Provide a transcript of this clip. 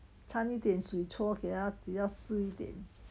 搀一点水搓给他只要湿一点